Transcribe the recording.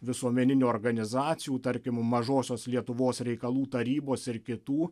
visuomeninių organizacijų tarkim mažosios lietuvos reikalų tarybos ir kitų